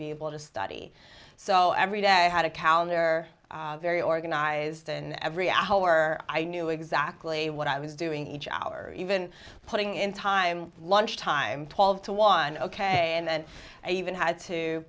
be able to study so every day i had a calendar very organized and every hour i knew exactly what i was doing each hour or even putting in time lunchtime twelve to one ok and then i even had to